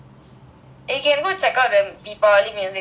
eh can go check out the deepavali music videos lah